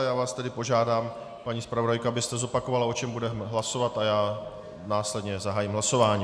Já vás tedy požádám, paní zpravodajko, abyste zopakovala, o čem budeme hlasovat, a já následně zahájím hlasování.